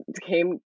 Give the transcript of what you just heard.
came